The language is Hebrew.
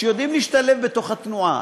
יודעים להשתלב בתוך התנועה.